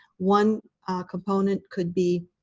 one component could be